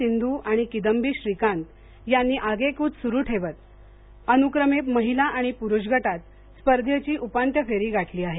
सिंधू आणि किदंबी श्रीकांत यांनी आगेकूच सुरु ठेवत अनुक्रमे महिला आणि पुरुष गटात स्पर्धेची उपांत्य फेरी गाठली आहे